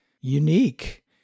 unique